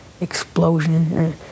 explosion